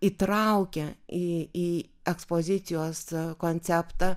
įtraukia į į ekspozicijos konceptą